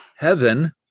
Heaven